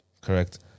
Correct